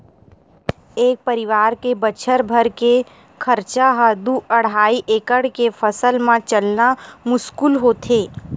एक परवार के बछर भर के खरचा ह दू अड़हई एकड़ के फसल म चलना मुस्कुल होथे